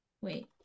Wait